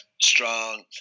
strong